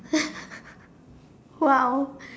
!wow!